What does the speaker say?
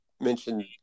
mentioned